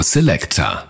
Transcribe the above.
Selector